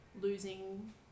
losing